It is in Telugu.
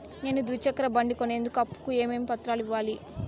నేను ద్విచక్ర బండి కొనేందుకు అప్పు కు ఏమేమి పత్రాలు కావాలి?